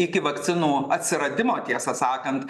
iki vakcinų atsiradimo tiesą sakant